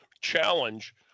challenge